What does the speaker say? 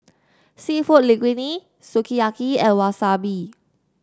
seafood Linguine Sukiyaki and Wasabi